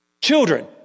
Children